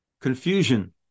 confusion